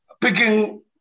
picking